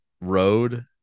road